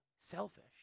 selfish